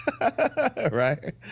Right